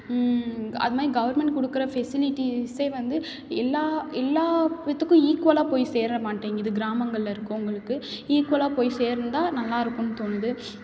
அது மாதிரி கவர்மெண்ட் கொடுக்குற ஃபெசிலிடீஸே வந்து எல்லா எல்லா பேர்த்துக்கும் ஈக்குவலா போய் சேர மாட்டேங்குது கிராமங்களில் இருக்கறவுங்களுக்கு ஈக்குவலாக போய் சேர்ந்தால் நல்லா இருக்கும்னு தோணுது